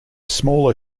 smaller